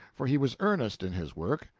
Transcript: for he was earnest in his work,